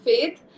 Faith